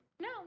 No